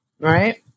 right